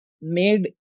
made